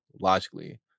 logically